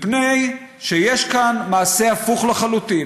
מפני שיש כאן מעשה הפוך לחלוטין.